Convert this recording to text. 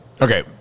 Okay